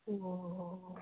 অঁঁ